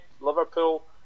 Liverpool